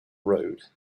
road